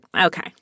okay